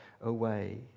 away